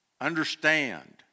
Understand